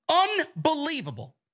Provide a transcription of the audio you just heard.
Unbelievable